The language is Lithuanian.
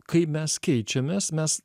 kai mes keičiamės mes